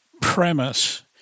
premise